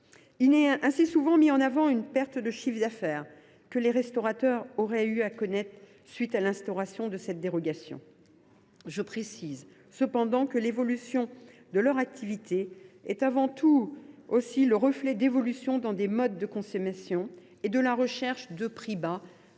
Il est ainsi souvent mis en avant une perte de chiffre d’affaires que les restaurateurs auraient eu à connaître à la suite de l’instauration de cette dérogation : je précise cependant que l’évolution de leur activité est avant tout le reflet de changements des modes de consommation et de la recherche de prix bas